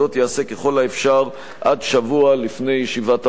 ככל האפשר עד שבוע לפני ישיבת הוועדה.